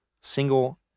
single